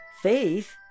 faith